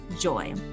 joy